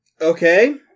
Okay